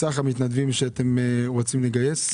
סך המתנדבים שאתם רוצים לגייס?